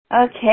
Okay